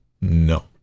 No